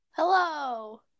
Hello